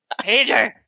pager